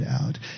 out